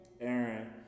Aaron